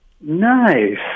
Nice